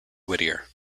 whittier